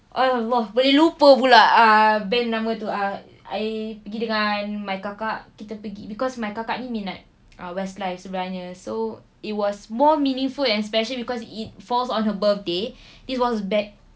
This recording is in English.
!alah! boleh lupa pula ah band nama tu ah I pergi dengan my kakak kita pergi because my ni minat uh westlife sebenarnya so it was more meaningful and especially because it falls on her birthday this was back